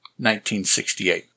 1968